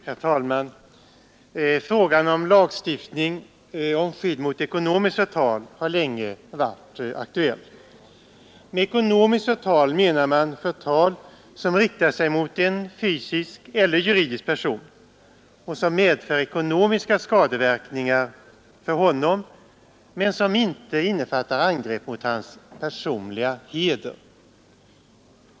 Herr talman! Frågan om lagstiftning om skydd mot ekonomiskt förtal har länge varit aktuell. Med ekonomiskt förtal menar man förtal som riktar sig mot en fysisk eller juridisk person och som medför ekonomiska skadeverkningar för honom men som inte innefattar angrepp mot hans personliga heder.